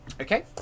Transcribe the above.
Okay